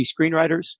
Screenwriters